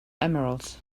emeralds